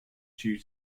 due